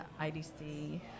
IDC